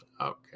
Okay